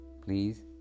please